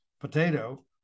potato